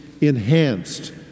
enhanced